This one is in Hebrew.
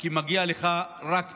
כי מגיע לך רק טוב.